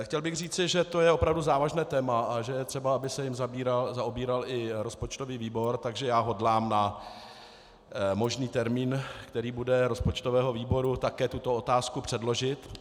Chtěl bych říci, že to je opravdu závažné téma a že je třeba, aby se jím zaobíral i rozpočtový výbor, takže já hodlám na možný termín, který bude rozpočtového výboru, také tuto otázku předložit.